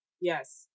Yes